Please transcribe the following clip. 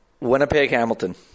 Winnipeg-Hamilton